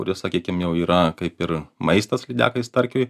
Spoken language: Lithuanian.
kuri sakykim jau yra kaip ir maistas lydekai starkiui